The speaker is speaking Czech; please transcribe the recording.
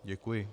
Děkuji.